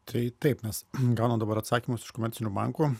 tai taip mes gaunam dabar atsakymus iš komercinių bankų